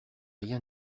rien